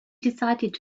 decided